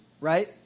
right